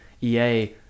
EA